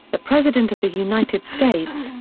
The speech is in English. the president of the united states,